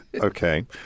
Okay